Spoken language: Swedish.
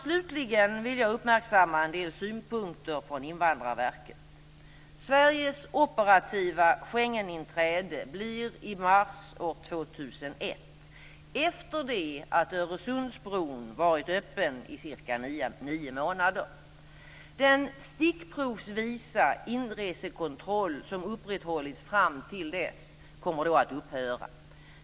Slutligen vill jag uppmärksamma en del synpunkter från Invandrarverket. Sveriges operativa Schengeninträde blir i mars år 2001, efter det att Öresundsbron varit öppen i cirka nio månader. Den stickprovsvisa inresekontroll som upprätthållits fram till dess kommer då att upphöra.